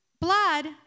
blood